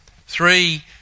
three